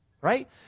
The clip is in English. Right